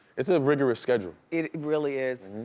it's a rigorous schedule. it really is.